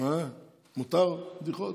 מותר בדיחות?